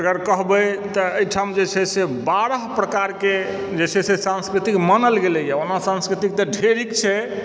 अगर कहबै तऽ एहिठाम जे छै से बारह प्रकारके जे छै से संस्कृति मानल गेलैए ओना संस्कृति तऽ ढेरिक छै